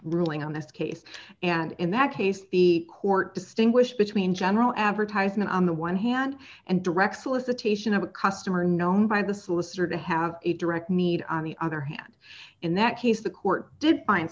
ruling on this case and in that case the court distinguish between general advertisement on the one hand and direct solicitation of a customer known by the solicitor to have a direct need on the other hand in that case the court did find